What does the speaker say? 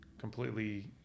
completely